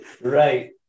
Right